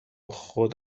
خود